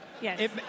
Yes